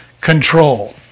control